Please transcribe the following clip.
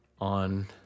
on